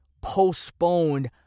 postponed